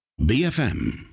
BFM